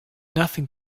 nothing